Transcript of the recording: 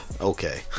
Okay